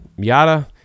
miata